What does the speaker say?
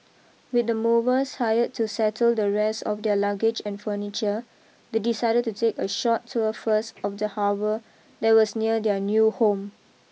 with the movers hired to settle the rest of their luggage and furniture they decided to take a short tour first of the harbour that was near their new home